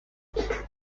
gotta